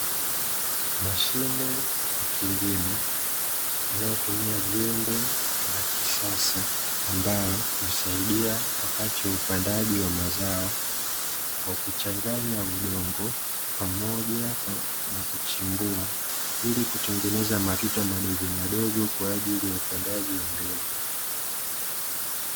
Mashine ya kilimo inayotumia jembe la kisasa ambalo husaidia wakati wa upandaji wa mazao kwa kuchanganya udongo, pamoja na kuchimbua ili kutengeneza matuta madogomadogo kwa ajili ya upandaji wa mbegu.